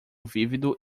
vívido